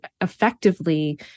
effectively